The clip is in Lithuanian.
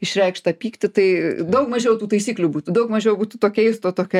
išreikšt tą pyktį tai daug mažiau tų taisyklių būtų daug mažiau būtų to keisto tokio